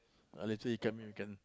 ah later he come here we can